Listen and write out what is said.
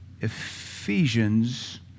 Ephesians